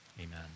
amen